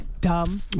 dumb